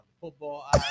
football